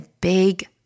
big